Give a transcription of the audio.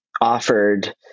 offered